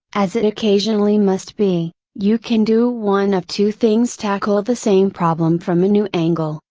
as it occasionally must be, you can do one of two things tackle the same problem from a new angle,